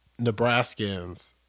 Nebraskans